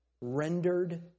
Rendered